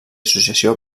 associació